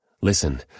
Listen